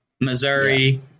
Missouri